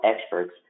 experts